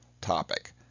topic